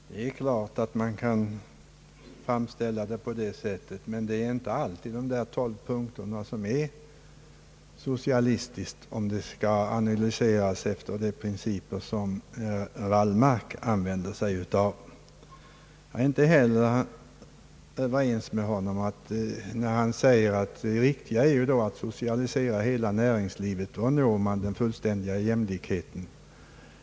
Herr talman! Det är klart att man kan och har rätt framställa saken på det sättet som herr Wallmark gjort, men det är inte säkert att de 12 punk Allmänpolitisk debatt terna bedöms vara socialistiska om de analyseras efter de: principer som herr Wallmark använder sig av. Jag är inte heller överens med honom när han säger att det viktiga är att socialisera hela näringslivet. Då når man den fullständiga jämlikheten.